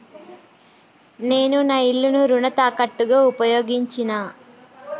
నేను నా ఇల్లును రుణ తాకట్టుగా ఉపయోగించినా